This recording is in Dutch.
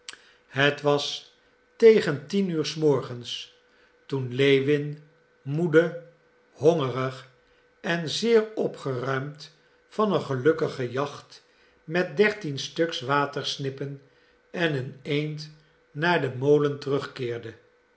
het was tegen tien uur s morgens toen lewin moede hongerig en zeer opgeruimd van een gelukkige jacht met dertien stuks watersnippen en een eend naar den molen terugkeerde